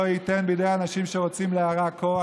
ולא ייתן בידי אנשים שרוצים להרע כוח,